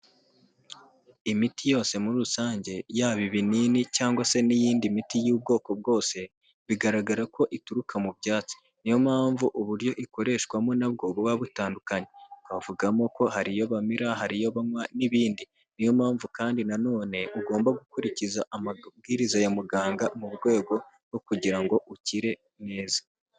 Imiti yose muri rusange yaba ibinini cyangwa se n'iyindi miti y'ubwoko bwose bigaragara ko ituruka mu byatsi, niyo mpamvu uburyo ikoreshwamo na bwo buba butandukanye, twavugamo ko hari iyo bamira, hari iyo banywa n'ibindi, niyo mpamvu kandi nanone ugomba gukurikiza amabwiriza ya muganga mu rwego rwo kugira ngo ukire neza.